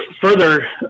further